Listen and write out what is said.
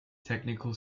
technical